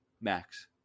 max